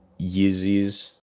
Yeezy's